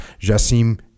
Jassim